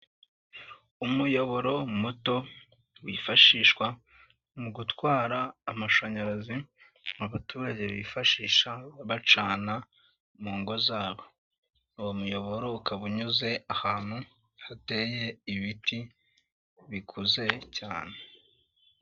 Umuyoboro muto wifashishwa mu gutwara amashanyarazi abaturage bifashisha bacana mu ngo zabo, uwo muyoboro ukaba unyuze ahantu hateye ibiti bikuze cyane.